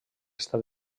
estat